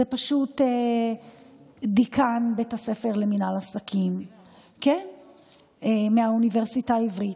זה פשוט דיקן בית הספר למינהל עסקים מהאוניברסיטה העברית,